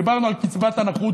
דיברנו על קצבת הנכות